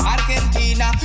Argentina